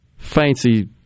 Fancy